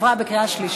נתקבל.